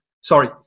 Sorry